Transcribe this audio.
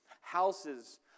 Houses